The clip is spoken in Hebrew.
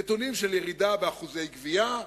נתונים של ירידה באחוזי גבייה,